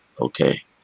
okay